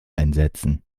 einsetzen